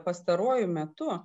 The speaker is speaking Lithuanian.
pastaruoju metu